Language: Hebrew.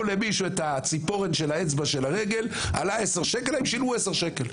למישהו את הציפורן של האצבע של הרגל עלה עשרה שקלים,